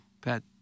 Pat